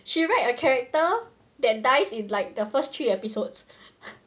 she write a character that dies in like the first three episodes